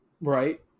Right